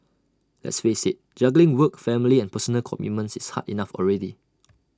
let's face IT juggling work family and personal commitments is hard enough already